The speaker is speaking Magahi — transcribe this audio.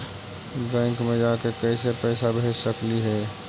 बैंक मे जाके कैसे पैसा भेज सकली हे?